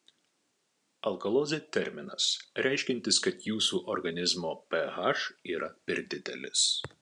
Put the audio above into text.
alkalozė terminas reiškiantis kad jūsų organizmo ph yra per didelis